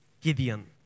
Gideon